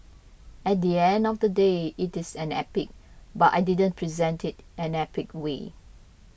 at the end of the day it is an epic but I didn't present it in an epic way